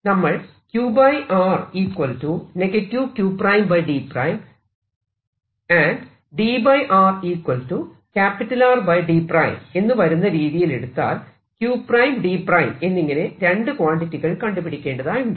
നമ്മൾ എന്ന് വരുന്ന രീതിയിൽ എടുത്താൽ q d എന്നിങ്ങനെ രണ്ടു ക്വാണ്ടിറ്റികൾ കണ്ടുപിടിക്കേണ്ടതായുണ്ട്